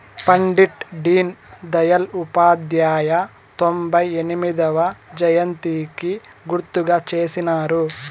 పండిట్ డీన్ దయల్ ఉపాధ్యాయ తొంభై ఎనిమొదవ జయంతికి గుర్తుగా చేసినారు